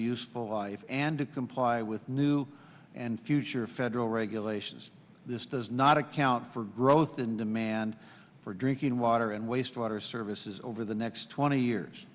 useful life and to comply with new and future federal regulations this does not account for growth in demand for drinking water and wastewater services over the next twenty years